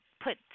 put